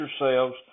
yourselves